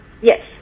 Yes